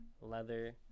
leather